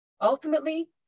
ultimately